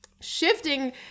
shifting